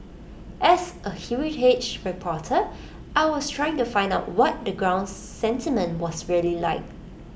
as A heritage reporter I was trying to find out what the ground sentiment was really like